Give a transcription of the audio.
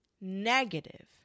negative